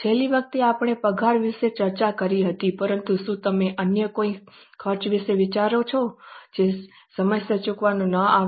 છેલ્લી વખતે આપણે પગાર વિશે ચર્ચા કરી હતી પરંતુ શું તમે અન્ય કોઈ ખર્ચ વિશે વિચારો છો જે સમયસર ચૂકવવામાં ન આવે